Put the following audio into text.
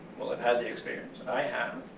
will have had the experience, i have,